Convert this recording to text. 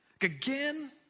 again